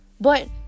But